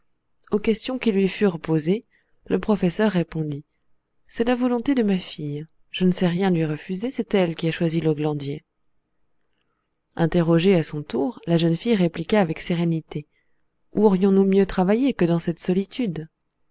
aux questions qui lui furent posées le professeur répondit c'est la volonté de ma fille je ne sais rien lui refuser c'est elle qui a choisi le glandier interrogée à son tour la jeune fille répliqua avec sérénité où aurions-nous mieux travaillé que dans cette solitude